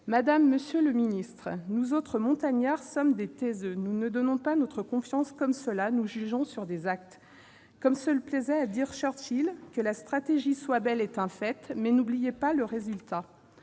Madame, monsieur les ministres, nous autres montagnards sommes des taiseux ; nous ne donnons pas notre confiance comme cela, nous jugeons aux actes. Comme se plaisait à le dire Churchill, « que la stratégie soit belle est un fait, mais n'oubliez pas de regarder